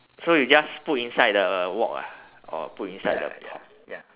so you just put inside the wok ah or put inside the pot